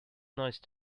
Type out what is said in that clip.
nice